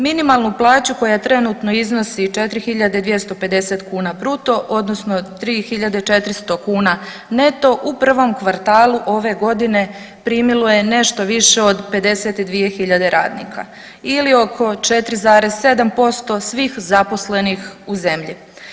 Minimalnu plaću koja trenutno iznosi 4.250 kuna bruto odnosno 3.400 kuna neto u prvom kvartalu ove godine primilo je nešto više od 52.000 radnika ili oko 4,7% svih zaposlenih u zemlji.